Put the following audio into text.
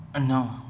no